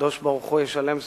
הקדוש-ברוך-הוא ישלם שכרו,